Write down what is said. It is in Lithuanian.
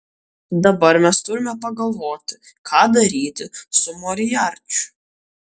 dabar mes turime pagalvoti ką daryti su moriarčiu